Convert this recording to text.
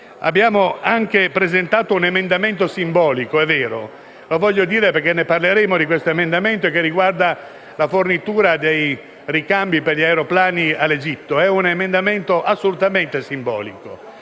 Abbiamo anche presentato un emendamento - simbolico è vero, lo voglio dire perché ne riparleremo - che riguarda la fornitura di ricambi per aeroplani all'Egitto. È - ripeto - un emendamento assolutamente simbolico,